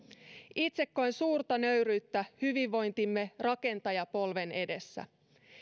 itse koen suurta nöyryyttä hyvinvointimme rakentajapolven edessä